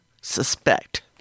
suspect